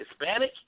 Hispanic